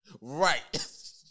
Right